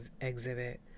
exhibit